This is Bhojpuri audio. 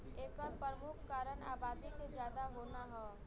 एकर परमुख कारन आबादी के जादा होना हौ